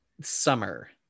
Summer